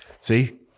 See